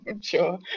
Sure